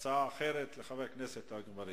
הצעה אחרת לחבר הכנסת אגבאריה.